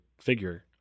figure